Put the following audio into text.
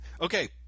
Okay